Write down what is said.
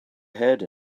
ahead